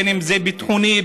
בין שזה ביטחוני,